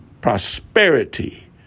prosperity